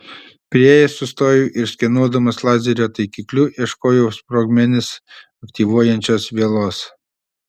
priėjęs sustojau ir skenuodamas lazerio taikikliu ieškojau sprogmenis aktyvuojančios vielos